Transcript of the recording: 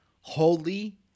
holy